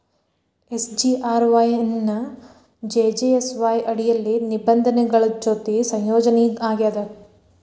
SGRY ಎನ್ನಾ JGSY ಅಡಿಯಲ್ಲಿ ನಿಬಂಧನೆಗಳ ಜೊತಿ ಸಂಯೋಜನಿ ಆಗ್ಯಾದ